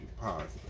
positive